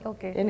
Okay